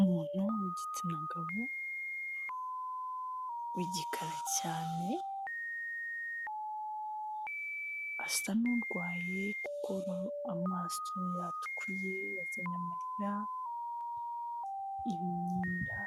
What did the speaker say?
Umuntu w'igitsina gabo, w'igikara cyane, asa n'urwaye kuko amaso yatukuye, yazanye amarira, ibimwira,